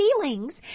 feelings